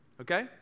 okay